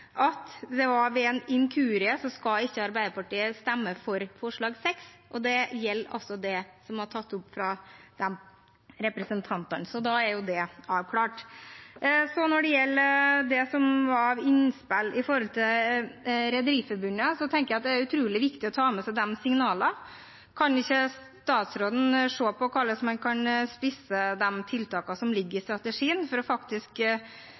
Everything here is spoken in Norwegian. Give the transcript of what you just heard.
det som var av innspill fra Rederiforbundet, tenker jeg at det er utrolig viktig å ta med seg de signalene. Kan ikke statsråden se på hvordan man kan spisse de tiltakene som ligger i strategien, for faktisk å